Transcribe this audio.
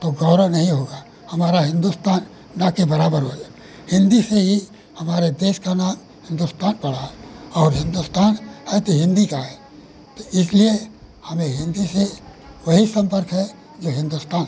तो गौरव नहीं होगा हमारा हिन्दुस्तान ना के बराबर होगा हिन्दी से ही हमारे देश का नाम हिन्दुस्तान पड़ा और हिन्दुस्तान है तो हिन्दी का है तो इसलिए हमें हिन्दी से वही सम्पर्क है जो हिन्दुस्तान से है